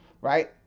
right